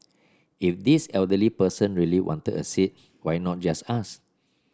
if this elderly person really wanted a seat why not just ask